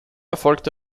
erfolgte